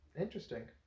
Interesting